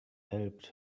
helped